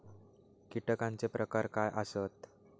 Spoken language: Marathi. कीटकांचे प्रकार काय आसत?